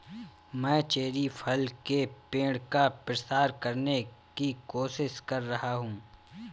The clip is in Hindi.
मैं चेरी फल के पेड़ का प्रसार करने की कोशिश कर रहा हूं